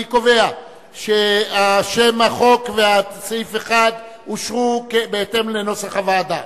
אני קובע ששם החוק וסעיף 1 אושרו בהתאם לנוסח הוועדה.